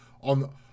on